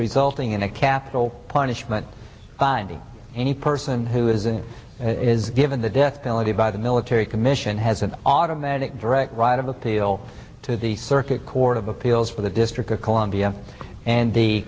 resulting in a capital punishment finding any person who isn't is given the death penalty by the military commission has an automatic direct right of appeal to the circuit court of appeals for the district of columbia and the